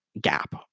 gap